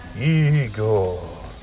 Igor